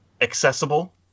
Accessible